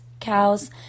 cows